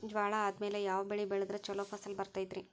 ಜ್ವಾಳಾ ಆದ್ಮೇಲ ಯಾವ ಬೆಳೆ ಬೆಳೆದ್ರ ಛಲೋ ಫಸಲ್ ಬರತೈತ್ರಿ?